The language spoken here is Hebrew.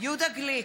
יהודה גליק,